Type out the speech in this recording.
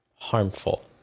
harmful